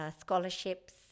scholarships